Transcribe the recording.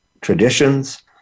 traditions